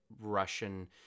Russian